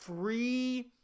free